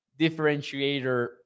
differentiator